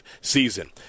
season